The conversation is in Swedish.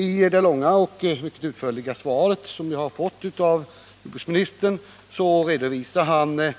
I det långa och mycket utförliga svar som jag har fått av jordbruksministern redovisar han